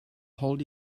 hold